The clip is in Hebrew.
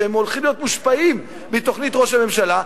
שהולכים להיות מושפעים מתוכנית ראש הממשלה,